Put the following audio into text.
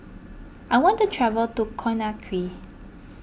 I want to travel to Conakry